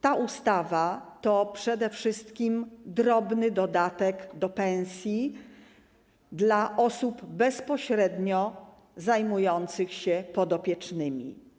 Ta ustawa to przede wszystkim drobny dodatek do pensji dla osób bezpośrednio zajmujących się podopiecznymi.